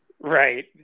right